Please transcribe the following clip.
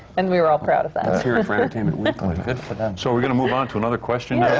and we were all proud of that. let's hear it for entertainment weekly. good for them. so we gonna move on to another question